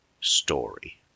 story